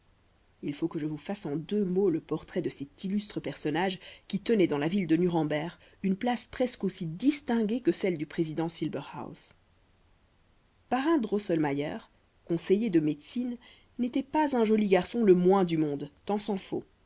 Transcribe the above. il faut que je vous fasse en deux mots le portrait de cet illustre personnage qui tenait dans la ville de nuremberg une place presque aussi distinguée que celle du président silberhaus parrain drosselmayer conseiller de médecine n'était pas un joli garçon le moins du monde tant s'en faut